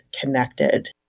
connected